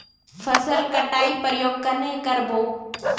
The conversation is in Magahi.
फसल कटाई प्रयोग कन्हे कर बो?